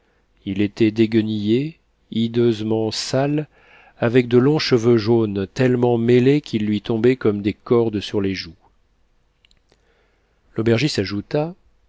il était déguenillé hideusement sale avec de longs cheveux jaunes tellement mêlés qu'ils lui tombaient comme des cordes sur les joues l'aubergiste ajouta